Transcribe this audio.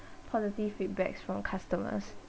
positive feedbacks from customers